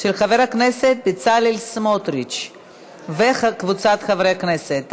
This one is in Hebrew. של חבר הכנסת בצלאל סמוטריץ וקבוצת חברי הכנסת.